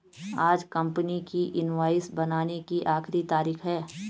आज कंपनी की इनवॉइस बनाने की आखिरी तारीख है